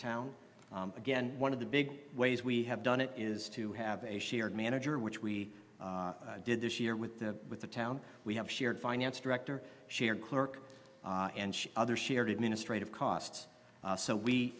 town again one of the big ways we have done it is to have a shared manager which we did this year with the with the town we have shared finance director shared clerk and other shared administrative costs so we